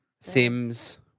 sims